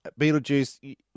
Beetlejuice